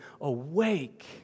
awake